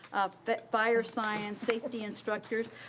but fire science, safety instructors,